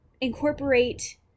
incorporate